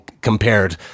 compared